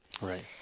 Right